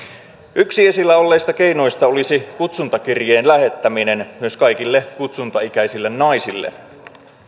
yksi esillä olleista keinoista olisi kutsuntakirjeen lähettäminen myös kaikille kutsuntaikäisille naisille